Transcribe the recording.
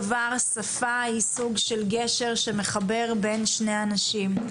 שפה היא סוג של גשר שמחבר בין שני אנשים.